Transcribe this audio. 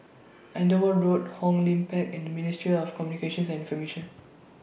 Andover Road Hong Lim Park and Ministry of Communications and Information